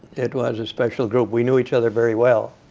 it was a special group. we knew each other very well.